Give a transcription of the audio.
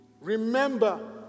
Remember